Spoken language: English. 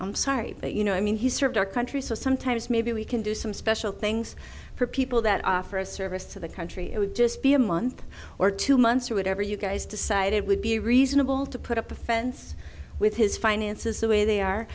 i'm sorry but you know i mean he served our country so sometimes maybe we can do some special things for people that offer a service to the country it would just be a month or two months or whatever you guys decide it would be reasonable to put up a fence with his finances the way they are